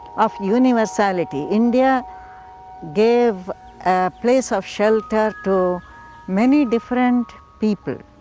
of universality. india gave a place of shelter to many different people.